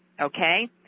okay